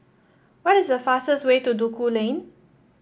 what is the fastest way to Duku Lane